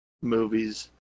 movies